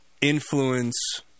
influence